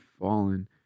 Fallen